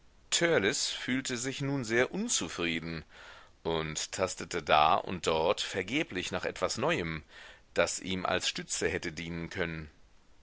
fühlte sich nun sehr unzufrieden und tastete da und dort vergeblich nach etwas neuem das ihm als stütze hätte dienen können